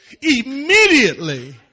Immediately